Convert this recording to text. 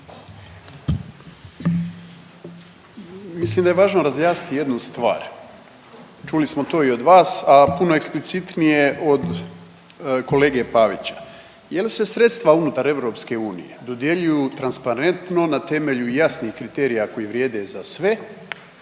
Mislim da je važno razjasniti jednu stvar, čuli smo to i od vas, a puno eksplicitnije od kolege Pavića. Jel se sredstva unutar EU dodjeljuju transparentno na temelju jasnih kriterija koji vrijede za sve